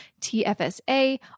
TFSA